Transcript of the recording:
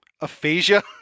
Aphasia